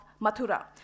Mathura